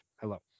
Hello